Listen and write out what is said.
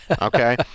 okay